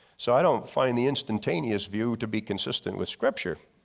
so i don't find the instantaneous view to be consistent with scripture.